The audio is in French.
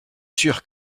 sûr